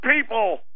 people